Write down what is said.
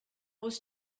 was